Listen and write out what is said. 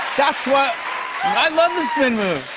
that's what i love the spin move.